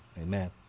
Amen